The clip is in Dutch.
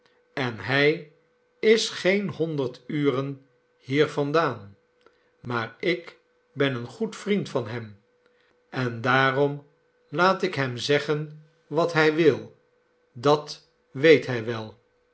en hij is geen honderd uren hier vandaan maar ik ben een goed vriend van hem en daarom laat ik hem zeggen wat hij wil dat weet hij wel